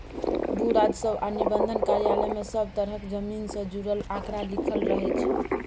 भू राजस्व आ निबंधन कार्यालय मे सब तरहक जमीन सँ जुड़ल आंकड़ा लिखल रहइ छै